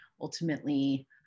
ultimately